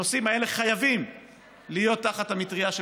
הנושאים האלה חייבים להיות תחת המטרייה של